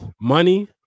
money